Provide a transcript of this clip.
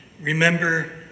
Remember